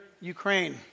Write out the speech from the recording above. Ukraine